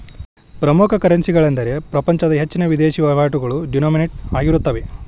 ಪ್ರಮುಖ ಕರೆನ್ಸಿಗಳೆಂದರೆ ಪ್ರಪಂಚದ ಹೆಚ್ಚಿನ ವಿದೇಶಿ ವಹಿವಾಟುಗಳು ಡಿನೋಮಿನೇಟ್ ಆಗಿರುತ್ತವೆ